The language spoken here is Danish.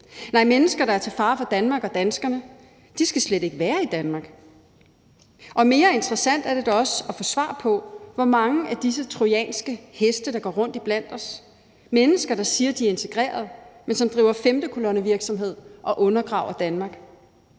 Nej, mennesker, der er til fare for Danmark og danskerne skal slet ikke være i Danmark. Og mere interessant er det da også at få svar på, hvor mange af disse trojanske heste, der går rundt iblandt os – det er mennesker, der siger, at de er integreret, men som driver femtekolonnevirksomhed og undergraver Danmark.